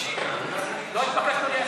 לא התבקשנו לאשר.